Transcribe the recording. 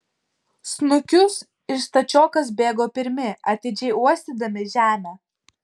snukius ir stačiokas bėgo pirmi atidžiai uostydami žemę